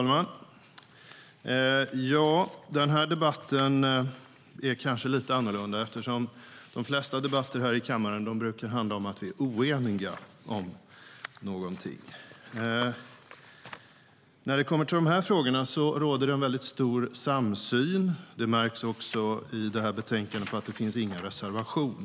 Herr talman! Denna debatt är kanske lite annorlunda. De flesta debatter här i kammaren brukar handla om att vi är oeniga om någonting, men när det kommer till de här frågorna råder en bred samsyn, vilket också märks i detta betänkande genom att det inte finns någon reservation.